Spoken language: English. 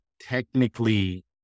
technically